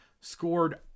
scored